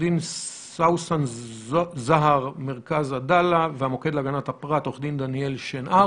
דין סאוסן זהר ממרכז עדאלה; ומהמוקד להגנת הפרט עורך דין דניאל שנהר,